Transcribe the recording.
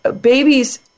babies